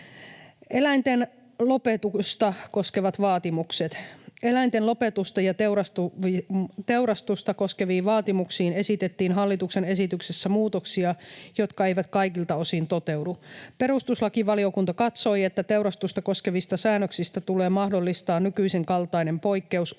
Eläinten lopetusta koskevat vaatimukset: Eläinten lopetusta ja teurastusta koskeviin vaatimuksiin esitettiin hallituksen esityksessä muutoksia, jotka eivät kaikilta osin toteudu. Perustuslakivaliokunta katsoi, että teurastusta koskevista säännöksistä tulee mahdollistaa nykyisen kaltainen poikkeus uskonnollisista